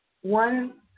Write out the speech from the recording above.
One